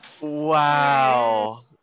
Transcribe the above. Wow